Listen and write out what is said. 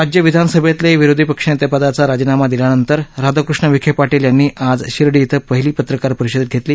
राज्य विधानसभेतले विरोधी पक्षनेतेपदाचा राजीनामा दिलेले राधाकृष्ण विखे पाटील यांनी आज शिर्डी क्रे पत्रकार परिषद घेतली